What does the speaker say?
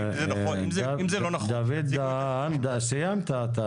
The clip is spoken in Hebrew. אם זה לא נכון, שיציגו נתונים.